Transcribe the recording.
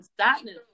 Sadness